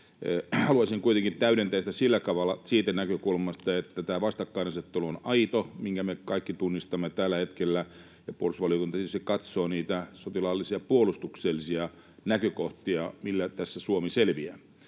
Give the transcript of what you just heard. Haluaisin kuitenkin täydentää sitä sillä tavalla, siitä näkökulmasta, että tämä vastakkainasettelu on aito, minkä me kaikki tunnistamme tällä hetkellä, ja puolustusvaliokunta tietysti katsoo niitä sotilaallisia ja puolustuksellisia näkökohtia, millä tässä Suomi selviää,